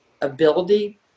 ability